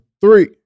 three